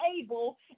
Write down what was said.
able